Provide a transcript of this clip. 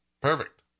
Perfect